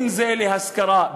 אם להשכרה,